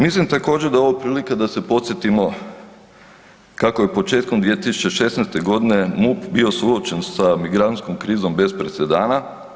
Mislim također da je ovo prilika da se podsjetimo kako je početkom 2016. godine MUP bio suočen sa migrantskom krizom bez presedana.